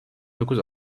dokuz